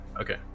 Okay